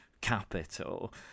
Capital